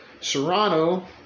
Serrano